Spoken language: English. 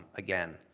again,